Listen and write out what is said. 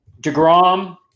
DeGrom